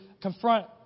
confront